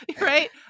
Right